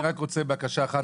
אני רק רוצה בקשה אחת,